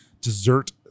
dessert